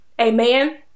amen